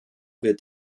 wird